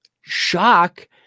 shock